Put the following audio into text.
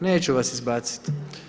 Neću vas izbacit.